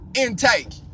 intake